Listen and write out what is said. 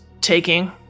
taking